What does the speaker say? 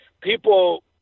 people